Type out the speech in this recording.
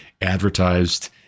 advertised